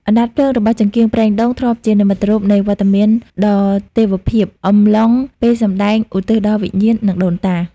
អណ្ដាតភ្លើងរបស់ចង្កៀងប្រេងដូង ធ្លាប់ជានិមិត្តរូបនៃវត្តមានដ៏ទេវភាព អំឡុងពេលសម្តែងឧទ្ទិសដល់វិញ្ញាណ និងដូនតា។